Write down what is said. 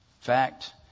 fact